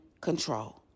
control